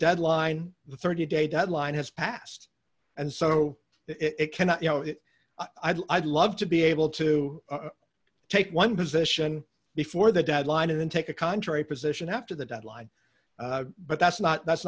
deadline the thirty day deadline has passed and so it cannot you know it i do love to be able to take one position before the deadline and then take a contrary position after the deadline but that's not that's